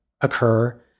occur